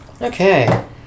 Okay